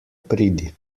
pridi